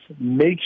make